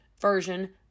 version